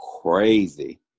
crazy